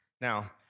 Now